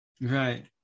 right